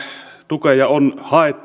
tukia on haettu ja